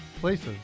places